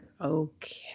okay